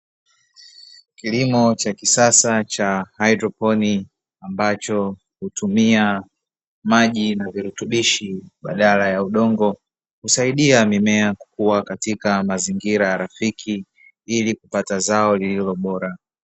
Kilimo cha kisasa cha haidroponi ambacho hutumia maji na virutubishi badala ya udongo, husaidia mimea kukua katika mazingira rafiki ili kupata zao lililo bora.